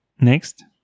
Next